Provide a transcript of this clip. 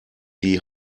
die